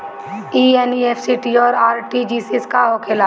ई एन.ई.एफ.टी और आर.टी.जी.एस का होखे ला?